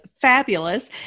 fabulous